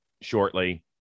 shortly